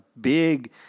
big